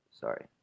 sorry